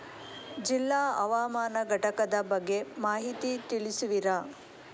ಜಿಲ್ಲಾ ಹವಾಮಾನ ಘಟಕದ ಬಗ್ಗೆ ಮಾಹಿತಿ ತಿಳಿಸುವಿರಾ?